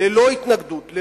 ללא התנגדות,